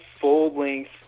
full-length